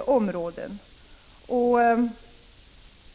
områden. När